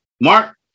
Mark